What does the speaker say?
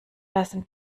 lassen